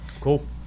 Cool